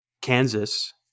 Kansas